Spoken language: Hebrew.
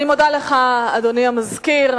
אני מודה לך, אדוני סגן המזכירה.